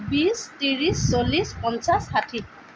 বিশ ত্ৰিছ চল্লিছ পঞ্চাছ ষাঠি